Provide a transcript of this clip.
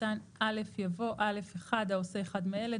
קטן (א) יבוא: "(א1) העושה אחד מאלה,